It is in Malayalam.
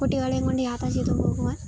കുട്ടികളെയും കൊണ്ടു യാത്ര ചെയ്തു പോകുവാൻ